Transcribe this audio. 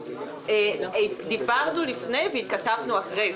דיברנו לפני והתכתבנו אחרי.